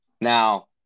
Now